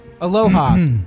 Aloha